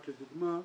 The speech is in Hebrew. רק לדוגמה,